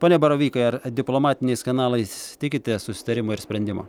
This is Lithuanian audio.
pone baravykai ar diplomatiniais kanalais tikitės susitarimo ir sprendimo